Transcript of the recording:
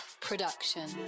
production